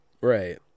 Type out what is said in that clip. Right